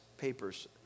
papers